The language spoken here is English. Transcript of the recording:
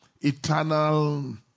eternal